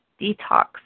detox